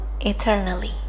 eternally